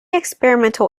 experimental